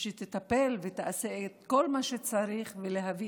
ושהוא יטפל ויעשה את כל מה שצריך כדי להביא